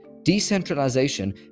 Decentralization